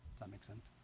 that make sense